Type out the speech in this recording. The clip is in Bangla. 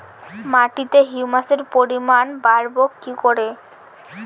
মাটিতে হিউমাসের পরিমাণ বারবো কি করে?